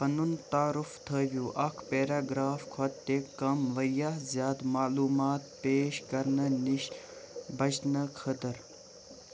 پنُن تعارُف تھٲوِو اَکھ پیراگرٛاف کھوتہٕ تہِ کم واریاہ زیادٕ معلوٗمات پیش کَرنہٕ نِش بچنہٕ خٲطرٕ